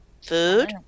Food